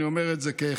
אני אומר את זה כאחד